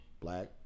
Black